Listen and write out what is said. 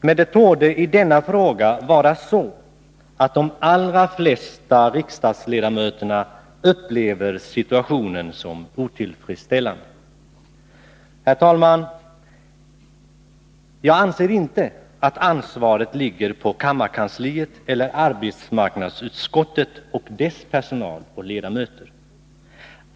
Men det torde i denna fråga vara så, att de allra flesta riksdagsledamöterna upplever situationen som otillfredsställande. Herr talman! Jag anser inte att ansvaret ligger på kammarkansliet eller arbetsmarknadsutskottet och dess personal och ledamöter.